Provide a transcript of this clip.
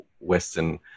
Western